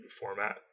format